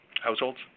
Households